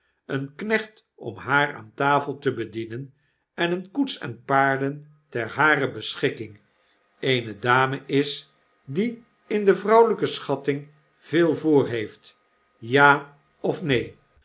een knecht om haar aan tafel te bedienen en koets en paarden ter harer beschikking eene dame is die in de vrouweljjke schatting veel voorheeft ja of neen